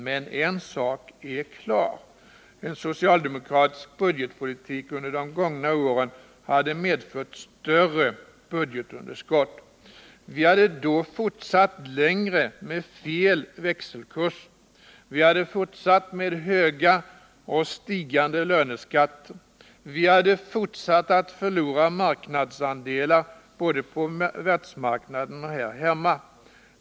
Men en sak är klar. En socialdemokratisk budgetpolitik under de gångna åren skulle ha medfört större budgetunderskott. Vi hade då fortsatt längre med felaktiga växelkurser. Vi hade fortsatt med höga, och stigande, löneskatter. Vi hade fortsatt att förlora marknadsandelar på världsmarknaden och här hemma.